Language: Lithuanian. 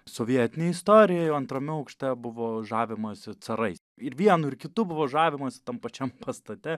sovietinei istorijai o antrame aukšte buvo žavimasi carais ir vienu ir kitu buvo žavimasi tam pačiam pastate